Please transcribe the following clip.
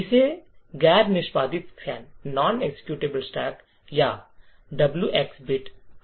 इसे गैर निष्पादित स्टैक या W X bit WX bit कहा जाता है